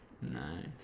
nice